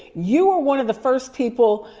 you were one of the first people,